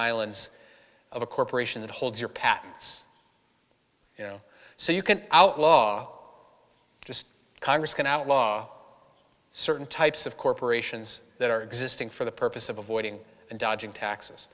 islands of a corporation that holds your patents you know so you can outlaw just congress can outlaw certain types of corporations that are existing for the purpose of avoiding and dodging taxes